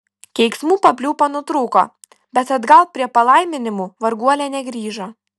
keiksmų papliūpa nutrūko bet atgal prie palaiminimų varguolė negrįžo